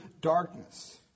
darkness